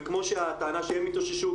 וכמו הטענה שהם התאוששו,